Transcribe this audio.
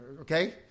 Okay